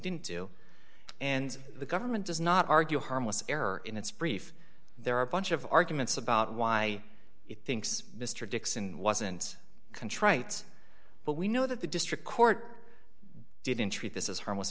didn't do and the government does not argue a harmless error in its brief there are a bunch of arguments about why it thinks mr dixon wasn't contrite but we know that the district court didn't treat this as harmless